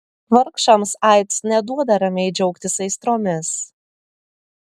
vargšams aids neduoda ramiai džiaugtis aistromis